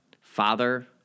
Father